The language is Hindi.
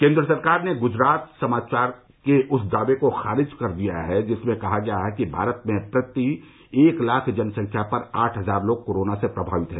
केन्द्र सरकार ने ग्जरात समाचार के उस दावे को खारिज कर दिया है जिसमें कहा गया है कि भारत में प्रति एक लाख जनसंख्या पर आठ हजार लोग कोरोना से प्रभावित हैं